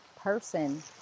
person